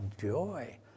joy